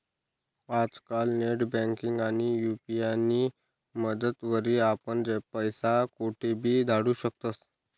आजकाल नेटबँकिंग आणि यु.पी.आय नी मदतवरी आपण पैसा कोठेबी धाडू शकतस